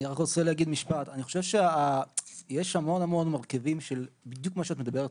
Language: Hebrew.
יש המון המון מרכיבים בדיוק על מה שאת מדברת,